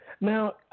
Now